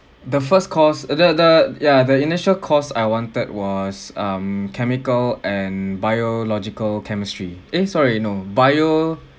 the first course the the ya the initial course I wanted was um chemical and biological chemistry eh sorry no bio